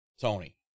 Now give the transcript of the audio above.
Tony